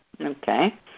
Okay